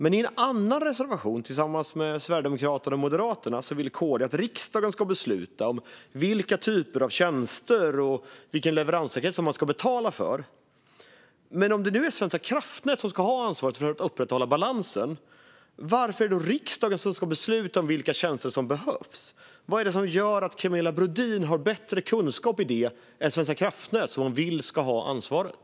I en annan reservation tillsammans med Sverigedemokraterna och Moderaterna vill dock Kristdemokraterna att riksdagen ska besluta om vilka typer av tjänster och vilken leveranssäkerhet som man ska betala för. Men om det nu är Svenska kraftnät som ska ha ansvaret för att upprätthålla balansen, varför ska då riksdagen besluta om vilka tjänster som behövs? Vad är det som gör att Camilla Brodin har bättre kunskap om det än Svenska kraftnät, som hon vill ska ha ansvaret?